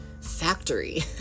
factory